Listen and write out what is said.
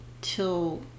till